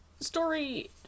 story